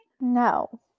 No